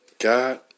God